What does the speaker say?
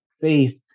faith